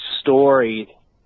story